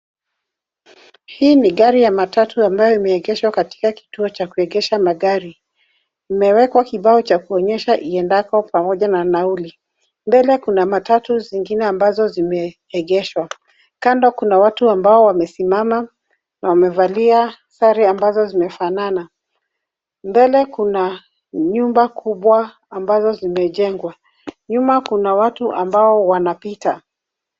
Hii ni gari ya matatu ambayo imeegeshwa katika kituo cha kuegesha magari. Imewekwa kibao cha kuonyesha iendapo pamoja na nauli. Mbele kuna matatu zingine ambazo zimeegeshwa. Kando kuna watu ambao wamesimama wamevalia sare ambazo zimefanana. Mbele kuna nyumba kubwa ambazo zimejengwa. Nyuma kuna watu ambao wanapita.